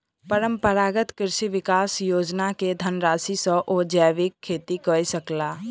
परंपरागत कृषि विकास योजना के धनराशि सॅ ओ जैविक खेती कय सकला